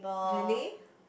really